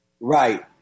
Right